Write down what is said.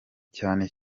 cyane